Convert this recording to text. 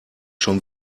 schon